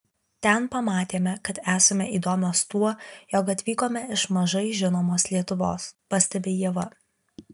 ten pamatėme kad esame įdomios tuo jog atvykome iš mažai žinomos lietuvos pastebi ieva